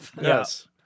Yes